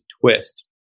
twist